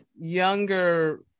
younger